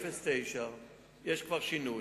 באפריל 2009. יש כבר שינוי.